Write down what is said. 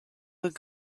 would